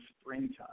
springtime